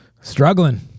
struggling